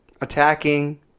attacking